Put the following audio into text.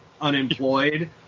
unemployed